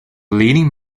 leading